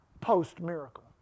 Post-miracle